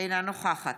אינה נוכחת